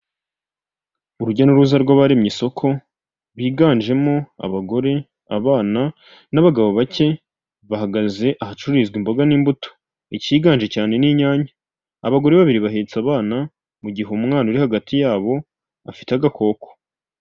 Ku mihanda migari aho umuntu yambukira haba hari uturongo tw'umweru dutambitse. Umugenzi iyo agiye kwambuka arabanza akareba neza ko nta kinyabiziga kiri hafi kiri kwambukiranya umuhanda bityo akambuka. Ikinyabiziga nacyo iyo kigeze kuri iyi mirongo kigabanya umuvuduko ndetse kikanahagarara rimwe na rimwe.